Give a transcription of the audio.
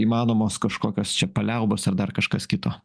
įmanomos kažkokios čia paliaubos ar dar kažkas kito